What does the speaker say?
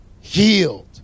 healed